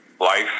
life